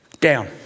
Down